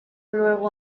luego